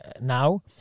now